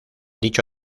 dicho